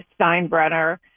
Steinbrenner